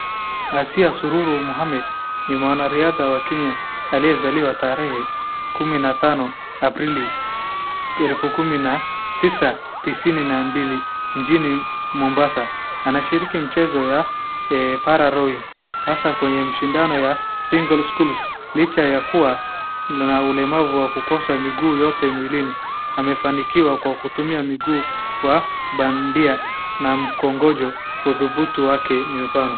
Asiya Sururu Mohammed, ni mwanariadha wa Kenya aliyezaliwa tarehe 25,aprili,1992 mjini Mombasa. Anashiriki mchezo wa para-rowing hasaa katika mashindano ya single scuils. licha kuwa ako na ulemavu wakukosa miguu yote mwilini. Amefanikiwa kwa kutumia miguu wa bandia na mkongojo, udhubutu wake ni mfano.